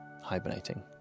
hibernating